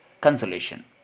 consolation